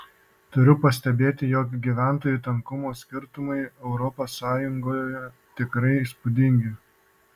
turiu pastebėti jog gyventojų tankumo skirtumai europos sąjungoje tikrai įspūdingi